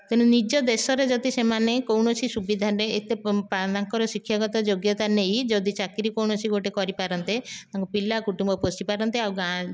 ତେଣୁ ନିଜ ଦେଶରେ ଯଦି ସେମାନେ କୌଣସି ସୁବିଧାରେ ଏତେ ତାଙ୍କର ଶିକ୍ଷାଗତ ଯୋଗ୍ୟତା ନେଇ ଯଦି ଚାକିରି କୌଣସି ଗୋଟିଏ କରିପାରନ୍ତେ ତାଙ୍କ ପିଲା କୁଟୁମ୍ବ ପୋଷି ପାରନ୍ତେ ଆଉ ଗାଁ